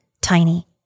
tiny